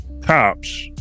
cops